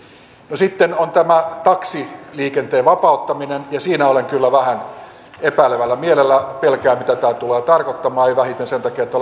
no sitten on tämä taksiliikenteen vapauttaminen ja siinä olen kyllä vähän epäilevällä mielellä pelkään mitä tämä tulee tarkoittamaan enkä vähiten sen takia että